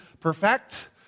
perfect